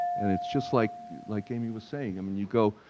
and it's just like like amy was saying, i mean, you go,